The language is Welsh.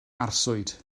arswyd